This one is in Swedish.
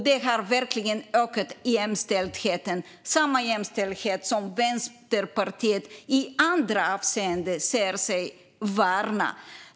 Det har verkligen ökat jämställdheten, samma jämställdhet som Vänsterpartiet i andra avseenden säger sig värna.